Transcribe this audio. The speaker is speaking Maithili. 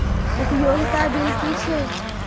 उपयोगिता बिल कि छै?